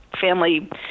family